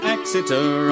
Exeter